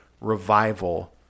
revival